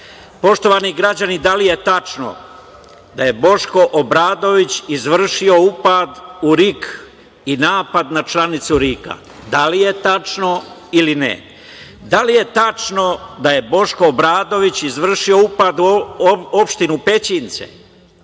lupetiv. Poštovani građani, da li je tačno da je Boško Obradović izvršio upad u RIK i napad na članicu RIK-a? Da li je tačno ili ne? Da li je tačno da je Boško Obradović izvršio upad u opštinu Pećinci?